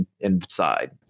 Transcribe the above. inside